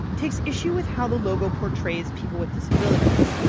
takes issue with how the logo portrays people with disabilities.